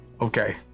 Okay